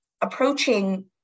approaching